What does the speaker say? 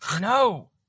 No